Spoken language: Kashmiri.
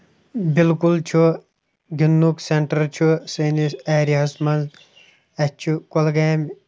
بِالکُل چھُ گنٛدنُک سینٹر چھُ سٲنِس ایریاہَس منٛز اَتہِ چھ کۄلگٲمہِ